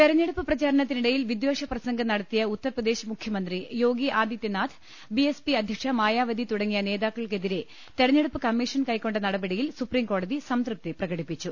തെരഞ്ഞെടുപ്പ് പ്രച്ചാരണത്തിനിടയിൽ വിദ്ധേഷപ്രസംഗം നട ത്തിയ ഉത്തർപ്പ്ദേശ് മുഖ്യമന്ത്രി യോഗി ആദിത്യനാഥ് ബിഎസ്പി അധ്യക്ഷ മാ്യാവതി തുടങ്ങിയ നേതാക്കൾക്കെതിരെ തെരഞ്ഞെ ടുപ്പ് കമ്മീഷൻ കൈക്കൊണ്ട നടപടിയിൽ സുപ്രീംകോടതി സംതൃപ്തി പ്രകടിപ്പിച്ചു